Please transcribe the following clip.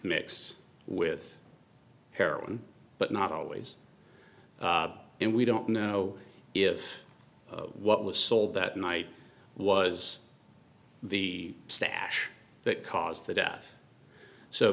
mix with heroin but not always and we don't know if what was sold that night was the stash that caused the death so